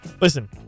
listen